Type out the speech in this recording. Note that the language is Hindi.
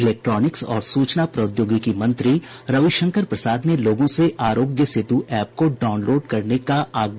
इलेक्ट्रॉनिक्स और सूचना प्रौद्योगिकी मंत्री रवि शंकर प्रसाद ने लोगों से आरोग्य सेतु ऐप को डाउनलोड करने को कहा है